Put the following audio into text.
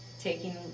taking